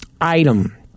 item